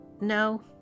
No